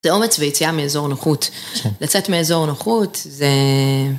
זה אומץ ויציאה מאזור נוחות, לצאת מאזור נוחות זה...